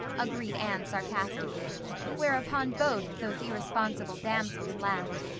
agreed anne sarcastically whereupon both those irresponsible damsels laughed.